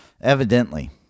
Evidently